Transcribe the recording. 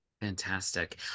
fantastic